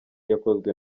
yakozwe